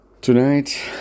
Tonight